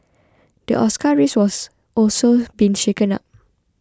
the Oscar race was also been shaken up